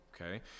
Okay